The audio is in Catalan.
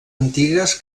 antigues